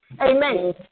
Amen